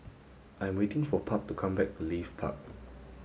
I am waiting for Park to come back from Leith Park